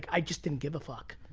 i just didn't give a fuck.